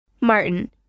Martin